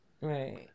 Right